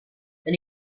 then